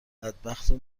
بدبختو